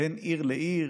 בין עיר לעיר,